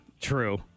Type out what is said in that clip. true